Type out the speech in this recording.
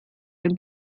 ein